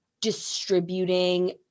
distributing